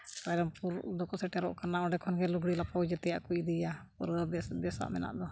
ᱨᱟᱭᱨᱚᱝᱯᱩᱨ ᱫᱚᱠᱚ ᱥᱮᱴᱮᱨᱚᱜ ᱠᱟᱱᱟ ᱚᱸᱰᱮ ᱠᱷᱚᱱᱜᱮ ᱞᱩᱜᱽᱲᱤ ᱞᱟᱯᱳ ᱡᱚᱛᱚᱣᱟᱜ ᱠᱚ ᱤᱫᱤᱭᱟ ᱯᱩᱨᱟᱹ ᱫᱮᱥ ᱫᱮᱥᱟᱜ ᱢᱮᱱᱟᱜ ᱫᱚ